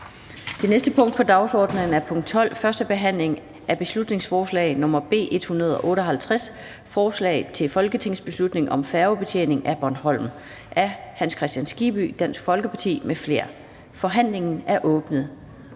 Det næste punkt på dagsordenen er: 12) 1. behandling af beslutningsforslag nr. B 158: Forslag til folketingsbeslutning om færgebetjening af Bornholm. Af Hans Kristian Skibby (DF) m.fl. (Fremsættelse